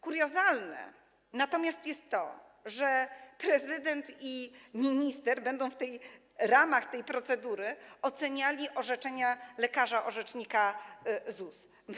Kuriozalne natomiast jest to, że prezydent i minister będą w ramach tej procedury oceniali orzeczenia lekarza orzecznika ZUS.